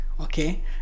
okay